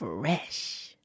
Fresh